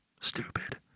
stupid